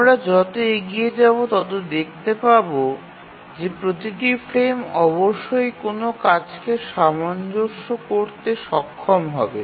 আমরা যতো এগিয়ে যাব ততো দেখতে পাব যে প্রতিটি ফ্রেম অবশ্যই কোনও কাজকে সামঞ্জস্য করতে সক্ষম হবে